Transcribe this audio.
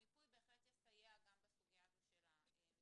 המיפוי בהחלט יסייע גם בסוגיה הזו של המסגרות.